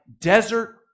desert